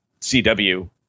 CW